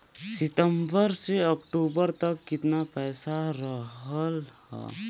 सितंबर से अक्टूबर तक कितना पैसा रहल ह?